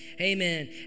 amen